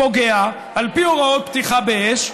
פוגע, על פי הוראות פתיחה באש,